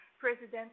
President